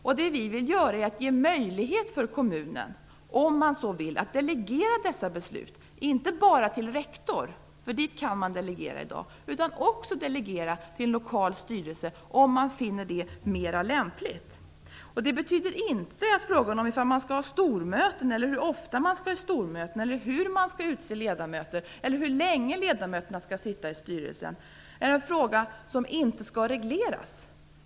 Vad vi vill göra är att vi vill ge kommunen möjlighet, om så önskas, att delegera dessa beslut inte bara till rektor - dit kan man ju redan i dag delegera - utan också till en lokal styrelse, om man finner det mera lämpligt. Detta betyder inte att frågor om man skall ha stormöten, om hur ofta man skall ha stormöten eller om hur ledamöter skall utses och hur länge de skall sitta med i styrelsen inte skall regleras.